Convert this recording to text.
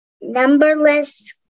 numberless